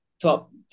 top